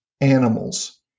animals